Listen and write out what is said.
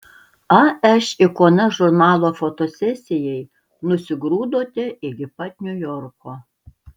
aš ikona žurnalo fotosesijai nusigrūdote iki pat niujorko